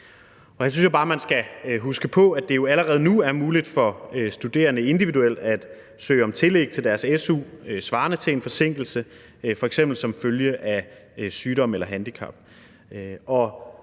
Jeg synes jo bare, at man skal huske på, at det allerede nu er muligt for studerende individuelt at søge om tillæg til deres su svarende til en forsinkelse, f.eks. som følge af sygdom eller handicap.